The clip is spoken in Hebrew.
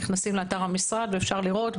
נכנסים לאתר המשרד ואפשר לראות,